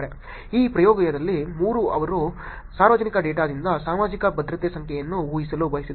ಈ ಪ್ರಯೋಗದಲ್ಲಿ 3 ಅವರು ಸಾರ್ವಜನಿಕ ಡೇಟಾದಿಂದ ಸಾಮಾಜಿಕ ಭದ್ರತೆ ಸಂಖ್ಯೆಯನ್ನು ಊಹಿಸಲು ಬಯಸಿದ್ದರು